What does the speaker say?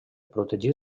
protegir